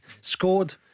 Scored